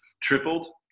tripled